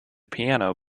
piano